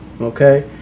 okay